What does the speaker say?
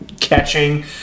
catching